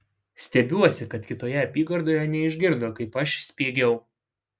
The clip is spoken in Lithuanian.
stebiuosi kad kitoje apygardoje neišgirdo kaip aš spiegiau